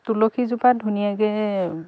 তুলসীজোপা ধুনীয়াকৈ